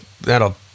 That'll